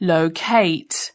Locate